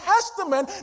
Testament